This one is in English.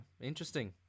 Interesting